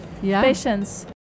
patience